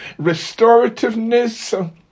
restorativeness